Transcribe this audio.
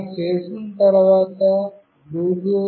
ఇలా చేసిన తరువాత bluetooth